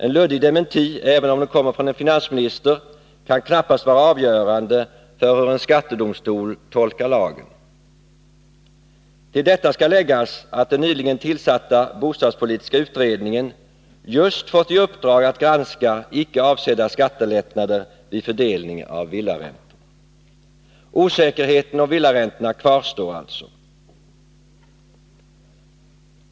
En luddig dementi, även om den kommer från en finansminister, kan knappast vara avgörande för hur en skattedomstol tolkar lagen. Till detta skall läggas att den nyligen tillsatta bostadspolitiska utredningen just fått i uppdrag att granska icke avsedda skattelättnader vid fördelning av villaräntor. Osäkerheten om villaräntorna kvarstår alltså.